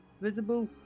visible